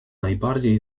najbardziej